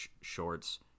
shorts